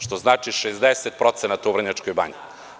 Što znači 60% u Vrnjačkoj banji.